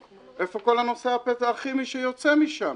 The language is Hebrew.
איפה כל הנושא הכימי שיוצא משם?